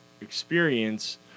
experience